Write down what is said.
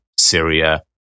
Syria